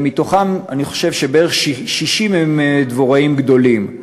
ומתוכם אני חושב שבערך 60 הם דבוראים גדולים.